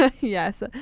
yes